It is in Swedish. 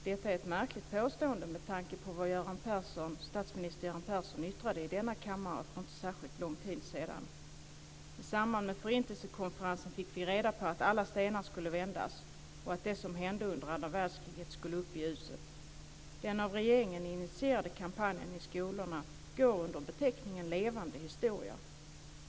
Detta är ett märkligt påstående med tanke på vad statsminister Göran Persson yttrade i denna kammare för inte särskilt lång tid sedan. I samband med Förintelsekonferensen fick vi reda på att alla stenar skulle vändas och att det som hände under andra världskriget skulle upp i ljuset. Den av regeringen initierade kampanjen i skolorna går under beteckningen Levande historia.